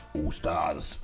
All-Stars